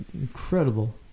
incredible